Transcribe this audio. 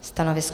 Stanovisko?